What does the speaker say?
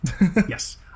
yes